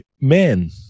men